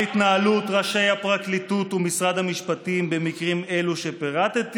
על התנהלות ראשי הפרקליטות ומשרד המשפטים במקרים אלו שפרטתי